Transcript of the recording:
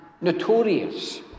notorious